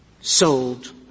sold